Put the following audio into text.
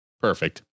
perfect